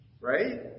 Right